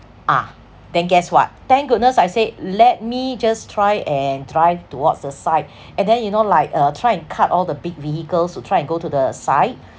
ah then guess what thank goodness I said let me just try and drive towards the side and then you know like uh try and cut all the big vehicles to try and go to the side